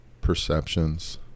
perceptions